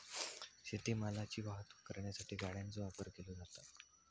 शेत मालाची वाहतूक करण्यासाठी गाड्यांचो वापर केलो जाता